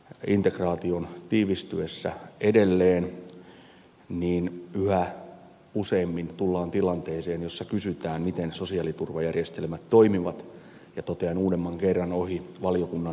integraation tiivistyessä edelleen yhä useammin tullaan tilanteeseen jossa kysytään miten sosiaaliturvajärjestelmät toimivat ja totean uudemman kerran ohi valiokunnan mietinnön